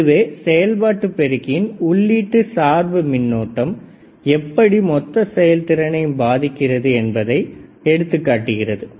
இதுவே செயல்பாட்டு பெருக்கியின் உள்ளீட்டு சார்பு மின்னோட்டம் எப்படி மொத்த செயல்திறனையும் பாதிக்கிறது என்பதற்கான எடுத்துக்காட்டாகும்